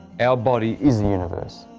our body is universe,